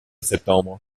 septembre